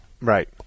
Right